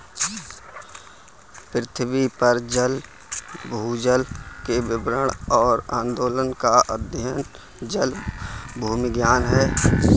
पृथ्वी पर जल भूजल के वितरण और आंदोलन का अध्ययन जलभूविज्ञान है